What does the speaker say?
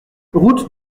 route